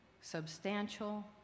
substantial